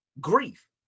grief